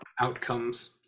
outcomes